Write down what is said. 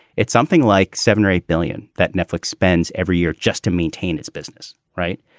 it's something like seven or eight billion that netflix spends every year just to maintain its business. right.